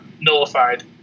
nullified